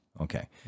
Okay